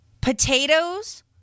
potatoes